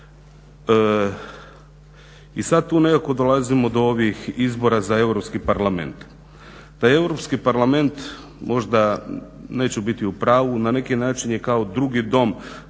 I sad tu nekako dolazimo do ovih izbora za Europski parlament. Taj Europski parlament možda neću biti u pravu na neki način je kao drugi dom